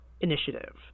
initiative